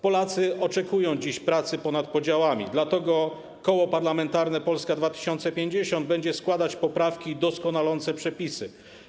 Polacy oczekują dziś pracy ponad podziałami, dlatego Koło Parlamentarne Polska 2050 będzie składać poprawki doskonalące przepisy.